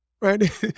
right